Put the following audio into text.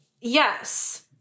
Yes